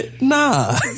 Nah